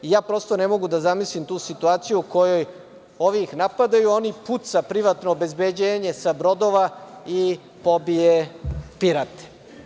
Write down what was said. Prosto ne mogu da zamislim tu situaciju u kojoj ovi ih napadaju, a oni ih pucaju, privatno obezbeđenje sa brodova i pobije pirate.